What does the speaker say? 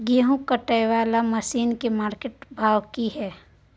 गेहूं काटय वाला मसीन के मार्केट भाव की हय?